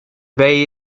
bay